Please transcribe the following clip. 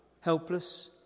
helpless